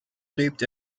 lebt